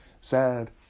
sad